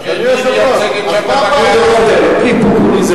אדוני היושב-ראש,